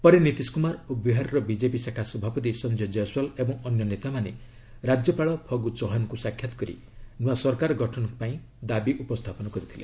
ପରେ ନୀତିଶ କୁମାର ଓ ବିହାରର ବିଜେପି ଶାଖା ସଭାପତି ସଞ୍ଜୟ ଜୟଶ୍ୱାଲ୍ ଏବଂ ଅନ୍ୟ ନେତାମାନେ ରାଜ୍ୟପାଳ ଫଗୁ ଚୌହାନ୍ଙ୍କୁ ସାକ୍ଷାତ୍ କରି ନୂଆ ସରକାର ଗଠନ କରିବା ପାଇଁ ଦାବି ଉପସ୍ଥାପନ କରିଥିଲେ